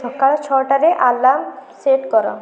ସକାଳ ଛଅଟାରେ alarm set କର